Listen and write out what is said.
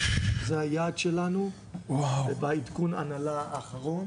זה היעד שלנו ובעדכון ההנהלה האחרון